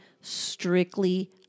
strictly